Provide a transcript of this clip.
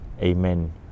Amen